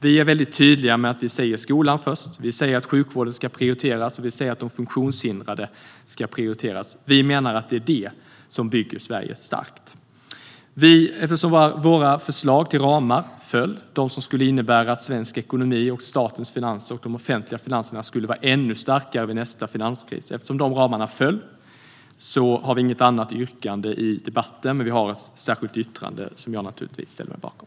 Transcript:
Vi är tydliga med att skolan ska gå först och att sjukvården och de funktionshindrade ska prioriteras. Vi menar att det är detta som bygger Sverige starkt. Eftersom våra förslag till ramar föll - de som skulle innebära att svensk ekonomi och de offentliga finanserna skulle vara ännu starkare vid nästa finanskris - har vi inget yrkande i debatten. Men vi har ett särskilt yttrande som jag naturligtvis ställer mig bakom.